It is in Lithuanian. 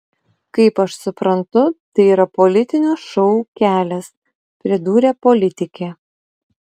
kaip aš suprantu tai yra politinio šou kelias pridūrė politikė